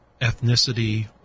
ethnicity